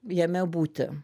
jame būti